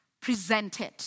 presented